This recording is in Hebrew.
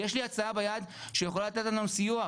יש לי הצעה ביד שיכולה לתת לנו סיוע.